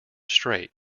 straight